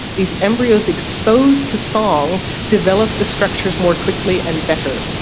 these embryos exposed to song develop the structures more quickly and better.